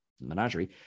menagerie